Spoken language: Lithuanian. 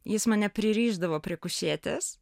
jis mane pririšdavo prie kušetės